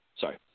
Sorry